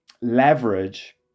leverage